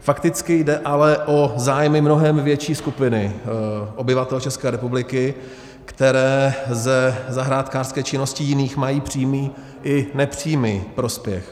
Fakticky jde ale o zájmy mnohem větší skupiny obyvatel České republiky, které ze zahrádkářské činnosti jiných mají přímý i nepřímý prospěch.